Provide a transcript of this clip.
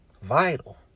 Vital